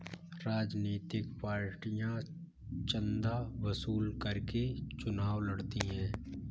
राजनीतिक पार्टियां चंदा वसूल करके चुनाव लड़ती हैं